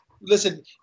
listen